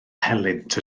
helynt